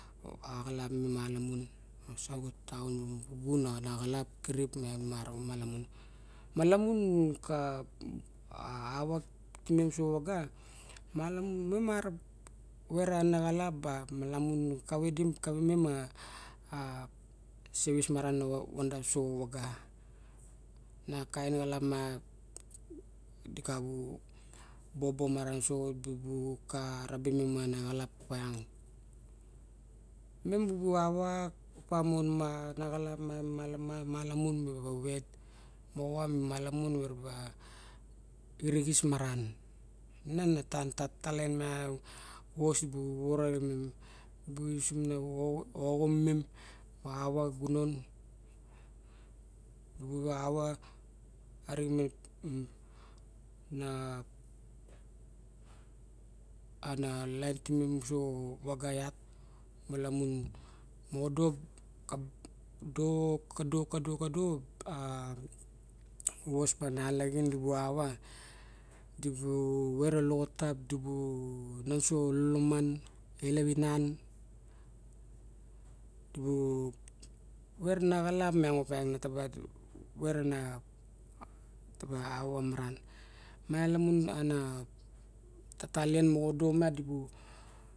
Axalap nu malamun so xa taun ana xalap kurip nu malamun. Ava ava timem soxa vaga malamun. Mam mara vet anaxalap but malamun. Kavae mem ma sevis maran na vadas uso xa vaga. Na kain xalap ma di ka bu bobo maran so di bu ka raba mem mana xalap piang. Memu bu ava opamon. vos dibu vovoro ravinem mibu yusim a oxomem ava xa gunen mibu ava ana laen timen mosa xa vaga iat malamon. Kado, kado, kado a avos ma nalaxin dibu nan so lalaman di bu vera naxa opiang taba ava maran ma na tatalien moxa da